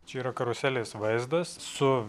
čia yra karuselės vaizdas su